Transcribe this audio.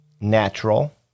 natural